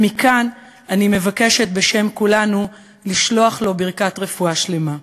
ומכאן אני מבקשת בשם כולנו לשלוח לו ברכת רפואה שלמה.